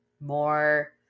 more